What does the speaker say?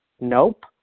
Nope